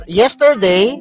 yesterday